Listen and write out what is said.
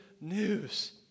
news